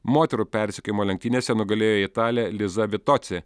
moterų persekiojimo lenktynėse nugalėjo italė liza vitoci